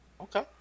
Okay